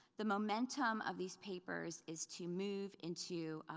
the momentum of these papers is to move into